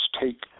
take